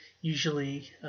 usually